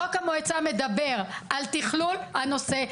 חוק המועצה מדבר על תכלול הנושא,